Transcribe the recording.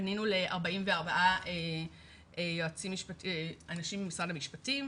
פנינו ל-44 אנשים ממשרד המשפטים,